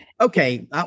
okay